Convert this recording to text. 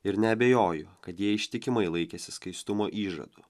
ir neabejoju kad jie ištikimai laikėsi skaistumo įžadų